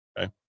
Okay